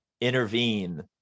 intervene